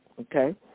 okay